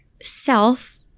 self